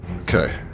Okay